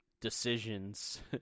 decisions